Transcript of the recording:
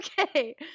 okay